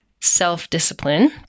self-discipline